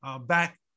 back